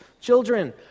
children